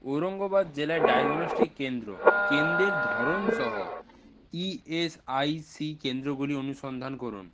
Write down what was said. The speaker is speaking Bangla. ঔরঙ্গাবাদ জেলায় ডায়াগনোস্টিক কেন্দ্র কেন্দ্রের ধরন সহ ইএসআইসি কেন্দ্রগুলি অনুসন্ধান করুন